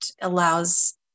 allows